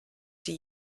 sie